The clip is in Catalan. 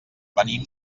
venim